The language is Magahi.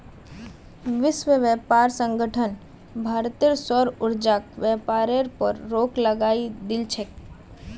विश्व व्यापार संगठन भारतेर सौर ऊर्जाक व्यापारेर पर रोक लगई दिल छेक